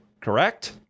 correct